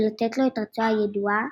ולתת לו את ארצו היעודה,